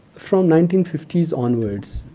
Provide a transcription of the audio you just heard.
from nineteen fifty s onwards,